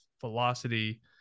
velocity